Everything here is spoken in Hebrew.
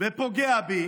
ופוגע בי,